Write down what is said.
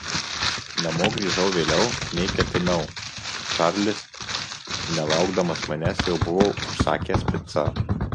namo grįžau vėliau nei ketinau čarlis nelaukdamas manęs jau buvo užsakęs picą